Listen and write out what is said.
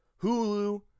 hulu